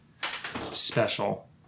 special